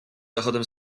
zachodem